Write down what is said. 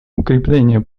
укрепления